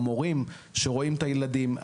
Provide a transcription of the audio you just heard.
המורים שרואים את הילדים,